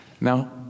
Now